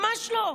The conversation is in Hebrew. ממש לא.